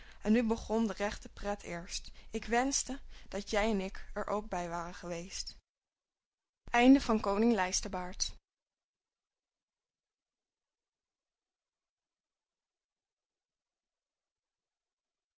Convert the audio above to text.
en nu begon de rechte pret eerst ik wenschte dat jij en ik er ook bij waren geweest